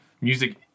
music